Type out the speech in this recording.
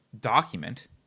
document